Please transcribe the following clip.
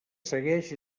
segueix